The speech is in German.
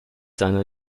seine